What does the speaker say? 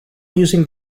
using